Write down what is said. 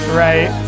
right